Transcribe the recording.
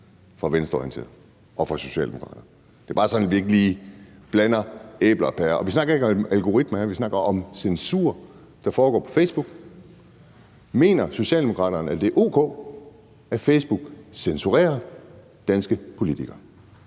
fra venstreorienterede og socialdemokrater. Det er bare sådan, at vi ikke lige blander æbler og pærer. Vi snakker ikke om algoritmer her; vi snakker om censur, der foregår på Facebook. Mener Socialdemokraterne, at det er o.k., at Facebook censurerer danske politikere?